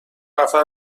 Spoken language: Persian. نفر